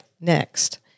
next